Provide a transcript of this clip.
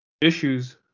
issues